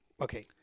Okay